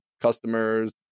customers